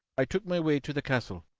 i took my way to the castle.